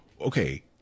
okay